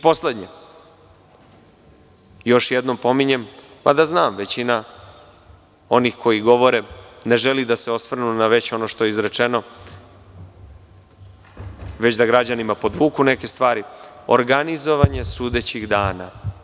Poslednje, još jednom pominjem, mada znam da većina onih koji govore, ne želi da se osvrnu na ono što je već izrečeno, već da građanima podvuku neke stvari, organizovanje sudećih dana.